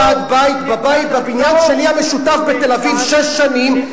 אני הייתי ראש ועד בית בבניין שלי המשותף בתל-אביב שש שנים.